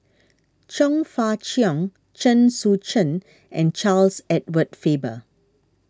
Chong Fah Cheong Chen Sucheng and Charles Edward Faber